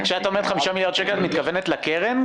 כשאת אמרת 5 מיליארד שקל, את מתכוונת לקרן?